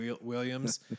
Williams